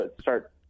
start